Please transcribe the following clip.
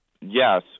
Yes